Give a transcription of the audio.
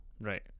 Right